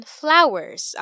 flowers